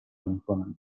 میکنند